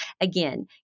Again